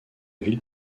ville